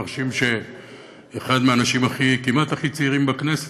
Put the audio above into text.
מרשים שאחד מהאנשים כמעט הכי צעירים בכנסת,